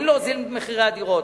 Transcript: כן להוזיל את מחירי הדירות,